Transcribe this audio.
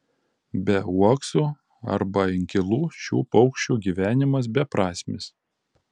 be uoksų arba inkilų šių paukščių gyvenimas beprasmis